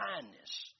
Kindness